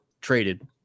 Traded